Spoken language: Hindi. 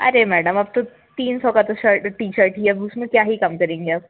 अरे मैडम अब तो तीन सौ का तो शर्ट टी शर्ट ही है अब उसमें क्या ही कम करेंगे अब